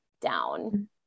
down